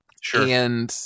Sure